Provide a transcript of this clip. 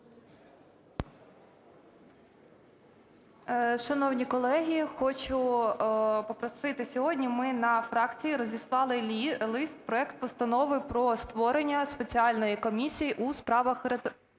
Шановні колеги, хочу попросити. Сьогодні ми на фракції розіслали лист – проект Постанови про створення спеціальної комісії у справах ветеранів.